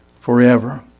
forever